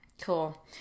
cool